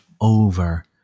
over